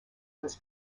was